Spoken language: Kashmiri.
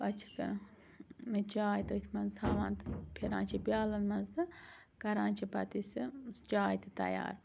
پَتہٕ چھِ کَران چاے تٔتھۍ مَنٛز تھاوان تہٕ پھِران چھِ پیٛالَن مَنٛز تہٕ کَران چھِ پَتہٕ أسہٕ چاے تہِ تَیار